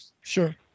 sure